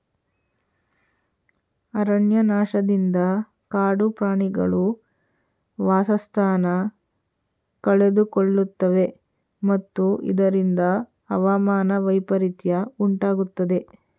ಅರಣ್ಯನಾಶದಿಂದ ಕಾಡು ಪ್ರಾಣಿಗಳು ವಾಸಸ್ಥಾನ ಕಳೆದುಕೊಳ್ಳುತ್ತವೆ ಮತ್ತು ಇದರಿಂದ ಹವಾಮಾನ ವೈಪರಿತ್ಯ ಉಂಟಾಗುತ್ತದೆ